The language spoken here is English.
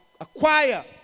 acquire